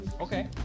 Okay